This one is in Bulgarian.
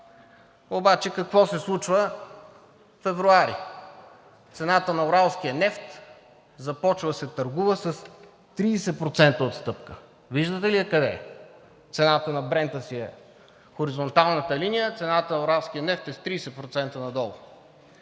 Обаче какво се случва месец февруари? Цената на уралския нефт започва да се търгува с 30% отстъпка. Виждате ли я къде е? Цената на Брента е хоризонталната линия, цената на уралския нефт е с 30% надолу.